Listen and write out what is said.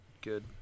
good